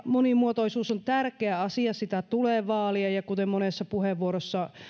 monimuotoisuus on tärkeä asia sitä tulee vaalia ja kuten monessa puheenvuorossa